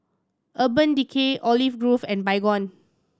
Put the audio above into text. Urban Decay Olive Grove and Baygon